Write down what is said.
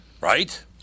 right